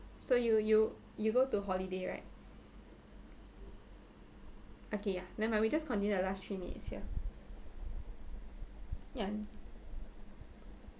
so you you you go to holiday right okay ya never mind we just continue the last three sia ya